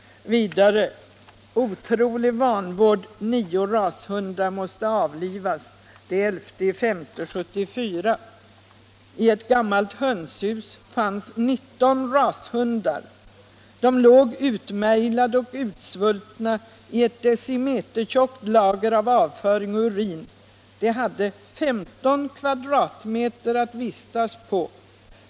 Vidare KvP den 11 maj 1974: ”Otrolig vanvård — nio rashundar måste avlivas! I ett gammalt hönshus fanns 19 rashundar — de låg utmärglade och utsvultna i ett decimetertjockt lager av avföring och urin. De hade 15 kvadratmeter att vistas på.